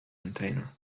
container